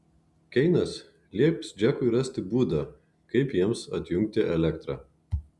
keinas lieps džekui rasti būdą kaip jiems atjungti elektrą